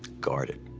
guarded.